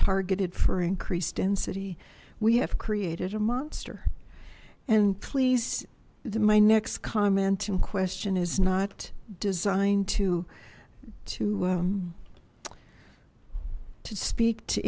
targeted for increased density we have created a monster and pleased that my next comment in question is not designed to to to speak to